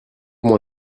moins